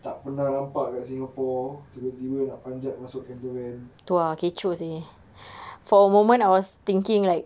tak pernah nampak kat singapore tiba-tiba nak panjat masuk camper van